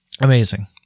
Amazing